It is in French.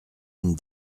une